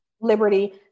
Liberty